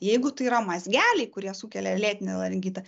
jeigu tai yra mazgeliai kurie sukelia lėtinį laringitą